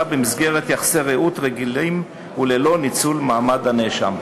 במסגרת יחסי רעות רגילים וללא ניצול מעמדו של הנאשם.